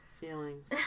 Feelings